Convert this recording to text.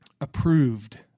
approved